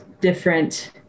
different